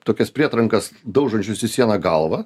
tokias prietrankas daužančius į sieną galvą